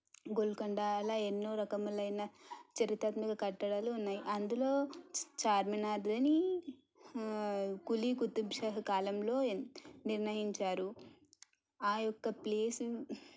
గోల్కొండ అలా ఎన్నో రకములైన చరిత్రాత్మిక కట్టడాలు ఉన్నాయి అందులో ఛా చార్మినారుని కులీకుతుబ్షా కాలంలో నిర్ణయించారు ఆ యొక్క ప్లేసు